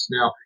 Now